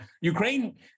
Ukraine